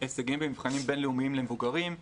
הישגים במבחנים בינלאומיים למבוגרים,